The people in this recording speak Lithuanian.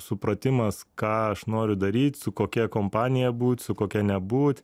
supratimas ką aš noriu daryt su kokia kompanija būt su kokia nebūt